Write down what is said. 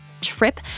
trip